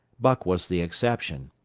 buck was the exception.